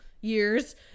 years